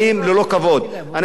אנשים שחיים בעוני,